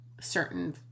certain